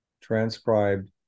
transcribed